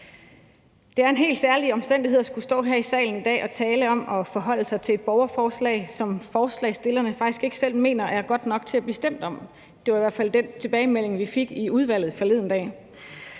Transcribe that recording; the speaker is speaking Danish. Det er en helt særlig omstændighed at skulle stå her i salen i dag og tale om at forholde sig til et borgerforslag, som forslagsstillerne faktisk ikke selv mener er godt nok til at blive stemt om. Det var i hvert fald den tilbagemelding, vi fik i udvalget forleden dag.